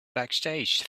backstage